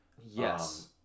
yes